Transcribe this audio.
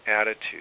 attitude